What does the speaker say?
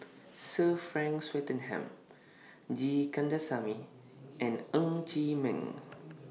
Sir Frank Swettenham G Kandasamy and Ng Chee Meng